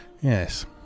yes